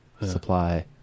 supply